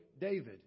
David